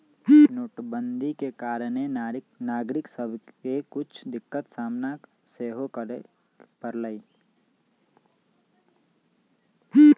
नोटबन्दि के कारणे नागरिक सभके के कुछ दिक्कत सामना सेहो करए परलइ